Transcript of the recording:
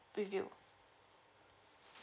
with you